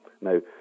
Now